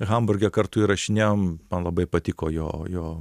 hamburge kartu įrašinėjom man labai patiko jo jo